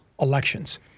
elections